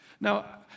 Now